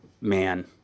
man